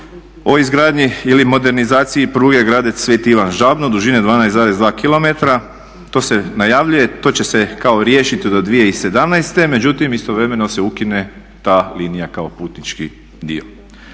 o izgradnji ili modernizaciji pruge Gradec – Sveti Ivan Žabno dužine 12,2 km. To se najavljuje, to će se kao riješiti do 2017. Međutim, istovremeno se ukine ta linija kao putnički dio.